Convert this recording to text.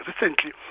recently